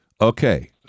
Okay